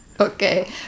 Okay